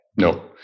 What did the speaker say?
No